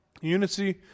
Unity